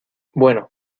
bueno